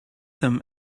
them